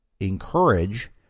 encourage